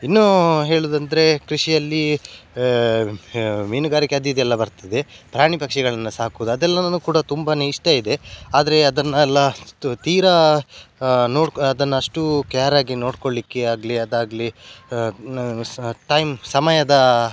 ಇನ್ನೂ ಹೇಳೋದೆಂದ್ರೆ ಕೃಷಿಯಲ್ಲಿ ಮೀನುಗಾರಿಕೆ ಅದು ಇದು ಎಲ್ಲ ಬರ್ತದೆ ಪ್ರಾಣಿ ಪಕ್ಷಿಗಳನ್ನು ಸಾಕೋದು ಅದೆಲ್ಲ ನನಗೆ ಕೂಡ ತುಂಬನೇ ಇಷ್ಟ ಇದೆ ಆದರೆ ಅದನ್ನೆಲ್ಲ ತು ತೀರಾ ನೋಡ್ಕೊ ಅದನ್ನ ಅಷ್ಟು ಕ್ಯಾರಾಗಿ ನೋಡ್ಕೊಳ್ಳಿಕ್ಕೆ ಆಗಲಿ ಅದಾಗಲಿ ನಾನು ಸಹ ಟೈಮ್ ಸಮಯದ